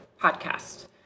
podcast